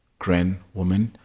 grandwoman